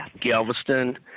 Galveston